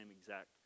exact